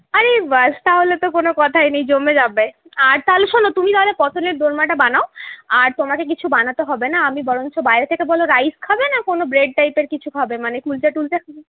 আরি বাস তাহলে তো কোন কথাই নেই জমে যাবে আর তাহলে শোনো তুমি নাহলে পটলের দোলমাটা বানাও আর তোমাকে কিছু বানাতে হবে না আমি বরঞ্চ বাইরে থেকে বলো রাইস খাবে না কোন ব্রেড টাইপ এর কিছু খাবে মানে কুলচা টুলচা কিছু